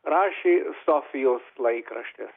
rašė sofijos laikraštis